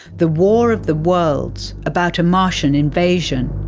the war of the worlds, about a martian invasion.